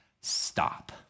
stop